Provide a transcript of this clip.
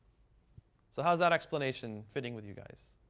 so, how is that explanation fitting with you guys?